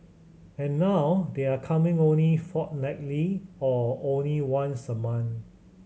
and now they're coming only fortnightly or only once a month